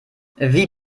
wie